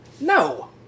No